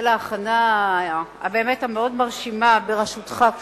בשל ההכנה המאוד מרשימה בראשותך,